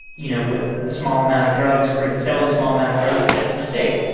you know, with a small amount of drugs or even selling a small amount of drugs, that's a mistake.